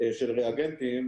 של ריאגנטים,